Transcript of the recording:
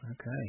Okay